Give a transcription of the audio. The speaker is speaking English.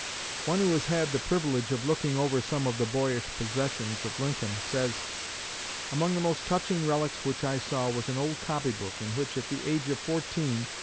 one who has had the privilege of looking over some of the boyish possessions of lincoln says among the most touching relics which i saw was an old copy-book in which, at the age of fourteen,